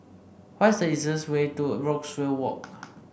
what is the easiest way to Brookvale Walk